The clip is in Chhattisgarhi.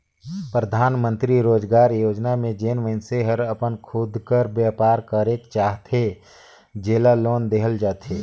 परधानमंतरी रोजगार योजना में जेन मइनसे हर अपन खुद कर बयपार करेक चाहथे जेला लोन देहल जाथे